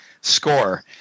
score